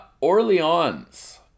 Orleans